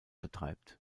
betreibt